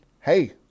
hey